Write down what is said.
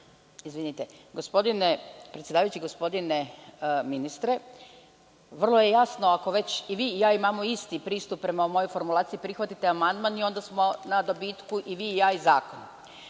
Gospodine predsedavajući, gospodine ministre, vrlo je jasno, ako već i vi i ja imamo isti pristup prema ovoj formulaciji, onda prihvatite amandman i onda smo na dobitku i vi i ja i zakon. Što